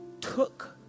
took